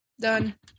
Done